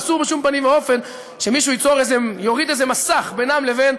ואסור בשום פנים ואופן שמישהו יוריד איזה מסך בינם לבין